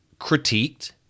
critiqued